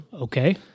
Okay